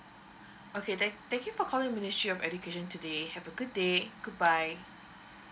okay thank thank you for calling ministry of education today have a good day goodbye